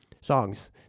songs